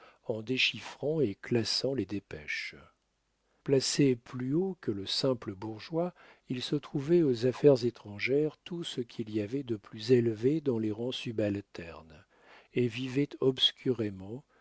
en déchiffrant et classant les dépêches placé plus haut que le simple bourgeois il se trouvait aux affaires étrangères tout ce qu'il y avait de plus élevé dans les rangs subalternes et vivait obscurément